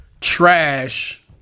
trash